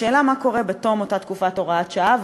השאלה מה קורה בתום אותה תקופת הוראת שעה,